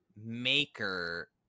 maker